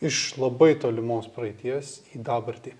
iš labai tolimos praeities į dabartį